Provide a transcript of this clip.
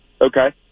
Okay